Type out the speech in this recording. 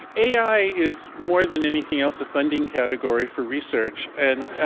ai is more than anything else a funding category for research. and